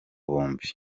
bombi